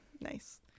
Nice